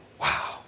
Wow